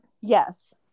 yes